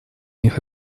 них